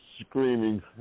screaming